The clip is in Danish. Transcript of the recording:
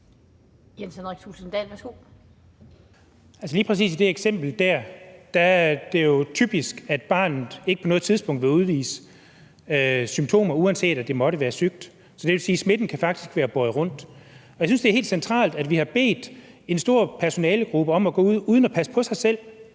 Lige præcis i det eksempel der er det jo typisk, at barnet ikke på noget tidspunkt vil udvise symptomer, uanset at det måtte være sygt. Så det vil sige, at smitten faktisk kan være båret rundt, og jeg synes. det er helt centralt, at vi har bedt en stor personalegruppe om at gå ud uden at passe på sig selv